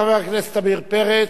חבר הכנסת עמיר פרץ,